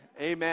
amen